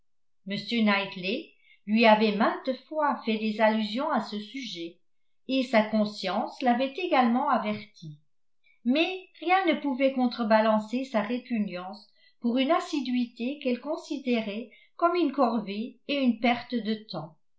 m knightley lui avait maintes fois fait des allusions à ce sujet et sa conscience l'avait également avertie mais rien ne pouvait contrebalancer sa répugnance pour une assiduité qu'elle considérait comme une corvée et une perte de temps